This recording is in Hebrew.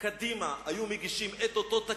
קדימה היו מגישים את אותו תקציב,